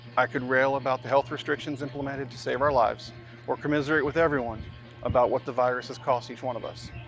i could rail about the health restrictions implemented to save our lives or commiserate with everyone about what the virus has cost each one of us.